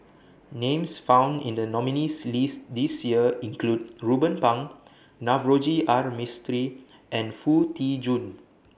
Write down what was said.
Names found in The nominees' list This Year include Ruben Pang Navroji R Mistri and Foo Tee Jun